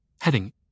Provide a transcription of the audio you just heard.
Heading